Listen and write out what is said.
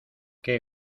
qué